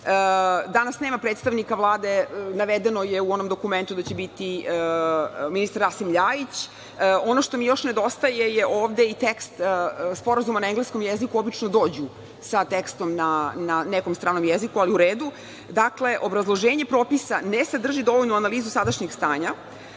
Danas nema predstavnika Vlade, navedeno je u onom dokumentu da će biti ministar Rasim LJajić. Ono što mi još nedostaje ovde je i tekst Sporazuma na engleskom jeziku, obično dođu sa tekstom na nekom stranom jeziku, ali u redu. Dakle, obrazloženje propisa ne sadrži dovoljno analizu sadašnjih stanja